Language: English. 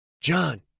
John